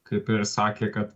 kaip ir sakė kad